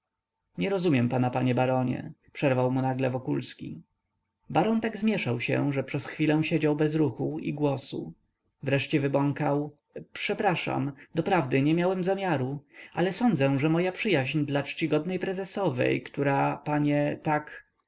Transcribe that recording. nie rozumiem pana panie baronie przerwał mu nagle wokulski baron tak zmieszał się że przez chwilę siedział bez ruchu i głosu nareszcie wybąkał przepraszam doprawdy nie miałem zamiaru ale sądzę że moja przyjaźń dla czcigodnej prezesowej która panie tak